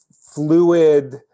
fluid